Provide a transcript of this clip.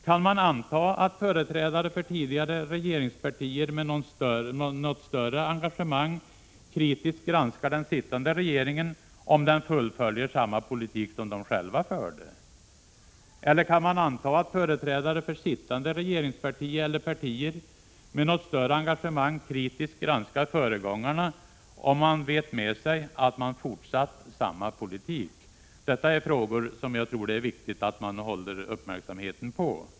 Kan man anta att företrädare för tidigare regeringspartier med något större engagemang kritiskt granskar den sittande regeringen, om den fullföljer samma politik som de själva förde? Eller kan man anta att företrädare för sittande regeringsparti eller partier med något större engagemang kritiskt granskar föregångarna, om man vet med sig att man fortsatt samma politik? Detta är frågor som jag tror det är viktigt att man håller uppmärksamheten på.